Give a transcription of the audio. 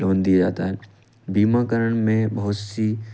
loan दिया जाता है बीमाकरण में बहुत सी